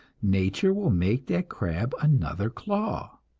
nature will make that crab another claw.